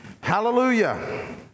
hallelujah